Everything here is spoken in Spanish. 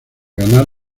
ganar